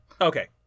okay